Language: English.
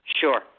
Sure